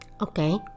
okay